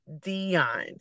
Dion